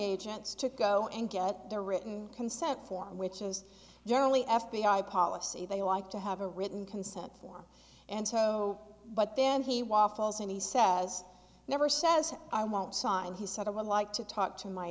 agents to go and get their written consent form which is generally f b i policy they like to have a written consent form and so but then he waffles and he says never says i won't sign he said i would like to talk to my